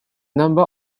number